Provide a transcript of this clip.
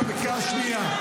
אתה בקריאה ראשונה.